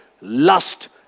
lust